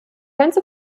ganze